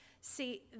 see